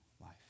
life